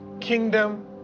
kingdom